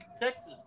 Texas